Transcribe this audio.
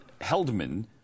Heldman